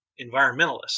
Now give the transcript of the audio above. environmentalists